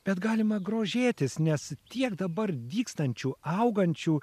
bet galima grožėtis nes tiek dabar dygstančių augančių